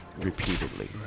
repeatedly